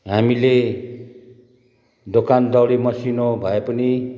हामीले दोकान दौडि मसिनो भए पनि